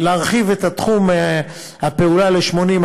להרחיב את תחום הפעולה ל-80.